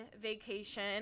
vacation